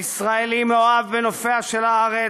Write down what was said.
הישראלי מאוהב בנופיה של הארץ,